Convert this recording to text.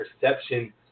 perception